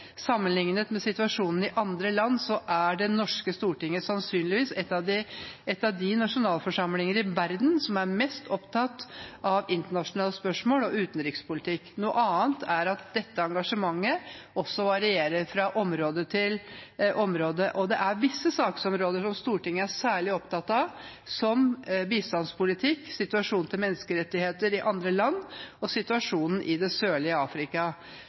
Sammenliknet med situasjonen i andre land, er det norske Stortinget sannsynligvis en av de nasjonalforsamlinger i verden som er mest opptatt av internasjonale spørsmål og utenrikspolitikk. Noe annet er at dette engasjement også varierer fra område til område. Det er visse saksområder som Stortinget er særlig opptatt av, som bistandspolitikken, situasjonen for menneskerettigheter i andre land og situasjonen i det sørlige Afrika.»